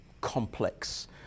complex